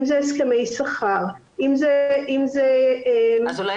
אם זה הסכמי שכר, אם זה --- אז אולי